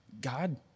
God